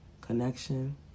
connection